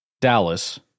Dallas